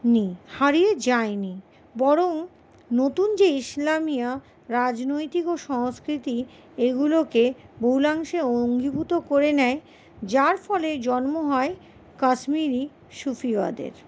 নেই হারিয়ে যায় নি বরং নতুন যে ইসলামিয়া রাজনৈতিক ও সংস্কৃতি এগুলোকে বহুলাংশে অঙ্গীভূত করে নেয় যার ফলে জন্ম হয় কাশ্মীরি সুফিওয়াদের